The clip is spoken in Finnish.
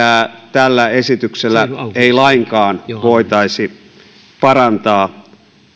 tällä esityksellä ei lainkaan voitaisi parantaa